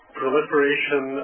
proliferation